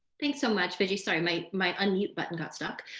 thanks so much. but sorry, mate. my unmute button got stuck,